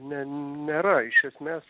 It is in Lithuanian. ne nėra iš esmės